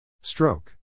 Stroke